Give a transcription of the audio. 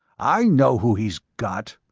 i know who he's got,